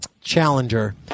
Challenger